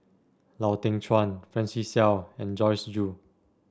Lau Teng Chuan Francis Seow and Joyce Jue